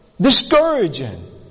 discouraging